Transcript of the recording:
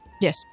Yes